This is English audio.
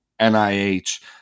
NIH